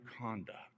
conduct